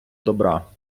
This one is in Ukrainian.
добра